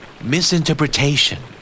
Misinterpretation